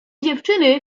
dziewczyny